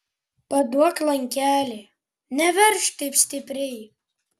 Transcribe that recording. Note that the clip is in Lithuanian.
paduok lankelį neveržk taip stipriai